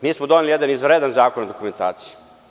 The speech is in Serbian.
Mi smo doneli jedan izvanredan Zakon o dokumentaciji.